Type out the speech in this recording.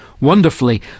Wonderfully